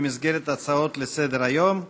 במסגרת הצעות לסדר-היום מס'